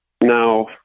now